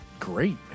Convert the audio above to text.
Great